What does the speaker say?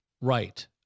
right